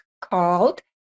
called